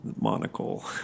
monocle